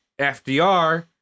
FDR